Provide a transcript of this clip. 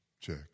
check